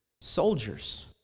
soldiers